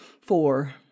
four